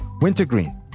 wintergreen